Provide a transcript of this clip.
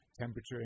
temperature